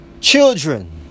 Children